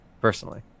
personally